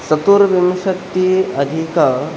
चतुर्विंशति अधिक